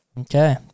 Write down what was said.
Okay